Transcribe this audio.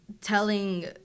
telling